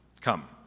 Come